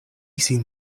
sin